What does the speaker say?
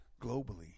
globally